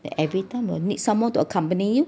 everytime you need someone to accompany you